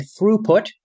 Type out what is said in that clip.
throughput